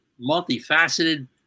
multifaceted